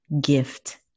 gift